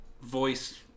voice